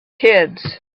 kids